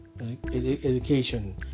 education